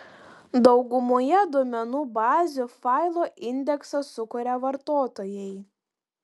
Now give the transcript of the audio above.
daugumoje duomenų bazių failo indeksą sukuria vartotojai